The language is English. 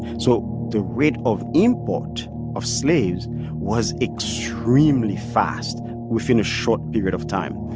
so the rate of import of slaves was extremely fast within a short period of time,